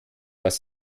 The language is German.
dass